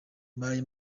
mbaye